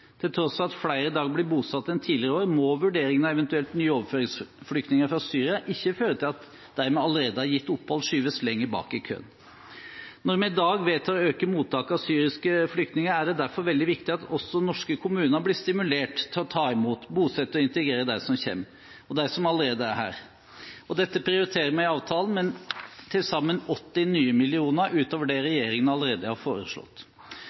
Til tross for at flere blir bosatt i dag enn i tidligere år, må vurderingen av eventuelle nye overføringsflyktninger fra Syria ikke føre til at dem vi allerede har gitt opphold, skyves lenger bak i køen. Når vi i dag vedtar å øke mottaket av syriske flyktninger, er det derfor veldig viktig at norske kommuner blir stimulert til å ta imot, bosette og integrere de som kommer, og de som allerede er her. Vi prioriterer dette i avtalen med til sammen nye 80 mill. kr utover det regjeringen allerede har foreslått.